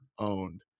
Owned